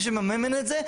ומי שממן את זה,